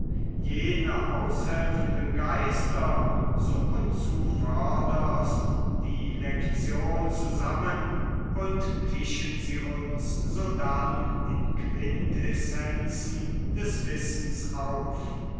jene aushelfenden geister suchen zuvörderst die lection zusammen und tischen sie uns sodann in quintessenzen des wissens auf